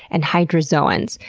and hydrozoans.